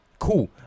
cool